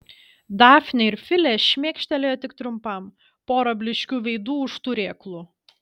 dafnė ir filė šmėkštelėjo tik trumpam pora blyškių veidų už turėklų